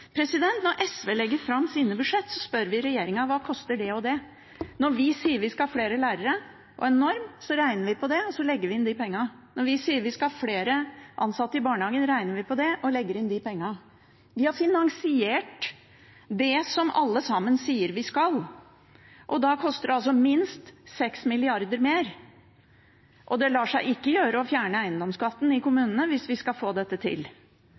Når SV legger fram sine budsjett, spør vi regjeringen: Hva koster det og det? Når vi sier vi skal ha flere lærere og en norm, regner vi på det, og så legger vi inn de pengene. Når vi sier vi skal ha flere ansatte i barnehagene, regner vi på det og legger inn de pengene. Vi har finansiert det som alle sammen sier vi skal, og da koster det minst 6 mrd. kr mer. Og det lar seg ikke gjøre å fjerne eiendomsskatten i kommunene hvis vi skal få dette til.